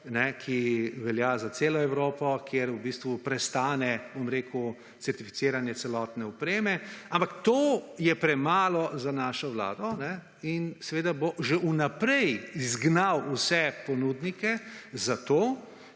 ki velja za celo Evropo, kjer v bistvu prestane, bom rekel, certificiranje celotne opreme, ampak to je premalo za našo vlado in seveda bo že vnaprej izgnal vse ponudnike, zato